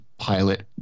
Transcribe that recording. pilot